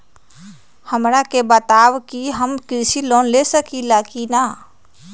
हमरा के बताव कि हम कृषि लोन ले सकेली की न?